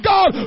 God